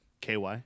Ky